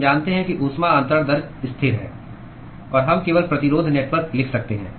हम जानते हैं कि ऊष्मा अन्तरण दर स्थिर है और हम केवल प्रतिरोध नेटवर्क लिख सकते हैं